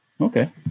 Okay